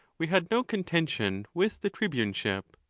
we had no contention with the tribuneship.